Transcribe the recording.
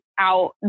out